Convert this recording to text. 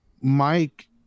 mike